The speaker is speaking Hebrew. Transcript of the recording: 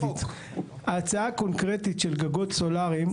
ההצעה הקונקרטית של גגות סולריים,